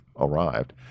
arrived